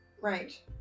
Right